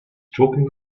talking